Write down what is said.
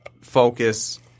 focus